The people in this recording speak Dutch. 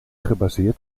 gebaseerd